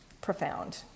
profound